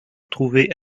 trouvée